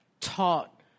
taught